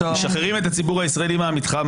משחררים את הציבור הישראלי מהמתחם הזה.